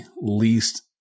least